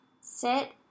sit